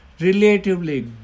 relatively